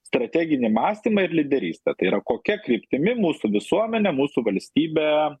strateginį mąstymą ir lyderystę tai yra kokia kryptimi mūsų visuomenė mūsų valstybė